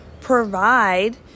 Provide